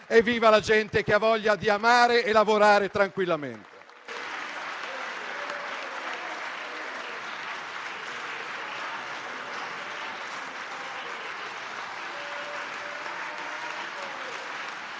viva la gente che ha voglia di amare e lavorare tranquillamente.